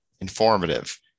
informative